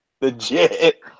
Legit